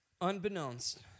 Unbeknownst